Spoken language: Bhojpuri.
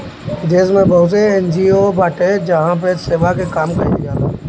देस में बहुते एन.जी.ओ बाटे जहवा पे सेवा के काम कईल जाला